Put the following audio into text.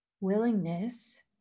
willingness